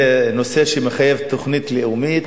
זה נושא שמחייב תוכנית לאומית.